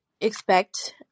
expect